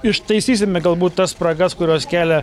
ištaisysime galbūt tas spragas kurios kelia